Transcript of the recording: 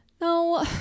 No